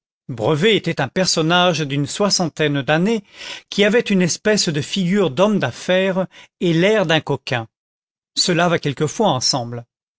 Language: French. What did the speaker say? brevet était un personnage d'une soixantaine d'années qui avait une espèce de figure d'homme d'affaires et l'air d'un coquin cela va quelquefois ensemble